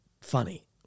funny